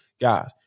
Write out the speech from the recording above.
guys